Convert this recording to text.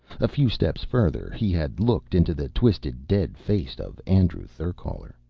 a few steps further, he had looked into the twisted dead face of andrew therkaler.